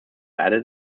added